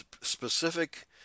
specific